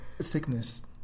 sickness